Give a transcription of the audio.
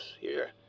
here